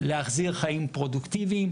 להחזיר חיים פרודוקטיביים,